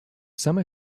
semi